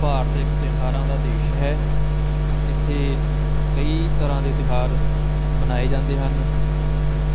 ਭਾਰਤ ਇੱਕ ਤਿਉਹਾਰਾਂ ਦਾ ਦੇਸ਼ ਹੈ ਇੱਥੇ ਕਈ ਤਰ੍ਹਾਂ ਦੇ ਤਿਉਹਾਰ ਮਨਾਏ ਜਾਂਦੇ ਹਨ